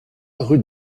rue